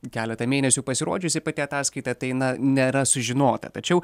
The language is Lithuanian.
keletą mėnesių pasirodžiusi pati ataskaita tai na nėra sužinota tačiau